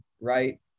right